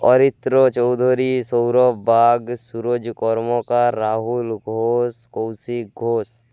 Aritra Chowdhury Sourav Bag Suraj Karmakar Rahul Ghosh Kaushik Ghosh